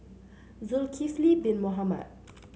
Zulkifli Bin Mohamed